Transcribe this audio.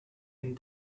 and